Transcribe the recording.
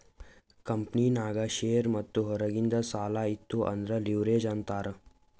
ಕಂಪನಿನಾಗ್ ಶೇರ್ ಮತ್ತ ಹೊರಗಿಂದ್ ಸಾಲಾ ಇತ್ತು ಅಂದುರ್ ಲಿವ್ರೇಜ್ ಅಂತಾರ್